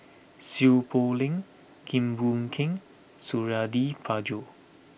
Seow Poh Leng Keng Boon Keng and Suradi Parjo